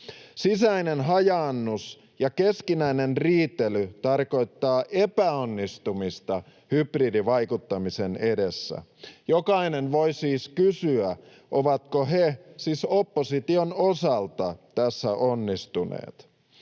Sisäinen hajaannus ja keskinäinen riitely tarkoittaa epäonnistumista hybridivaikuttamisen edessä. Jokainen voi siis kysyä, ovatko he — siis opposition osalta — tässä onnistuneet.